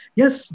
yes